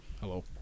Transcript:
hello